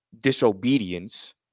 disobedience